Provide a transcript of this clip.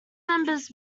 members